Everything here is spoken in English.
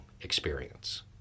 experience